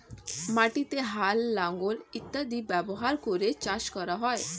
মাটিতে হাল, লাঙল ইত্যাদি ব্যবহার করে চাষ করা হয়